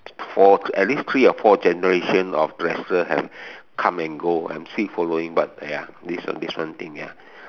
for at least three or four generation of wrestler have come and go I am still following but ya this one this one thing ya